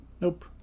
Nope